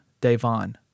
Devon